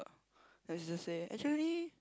no he just say actually